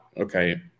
okay